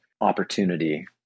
opportunity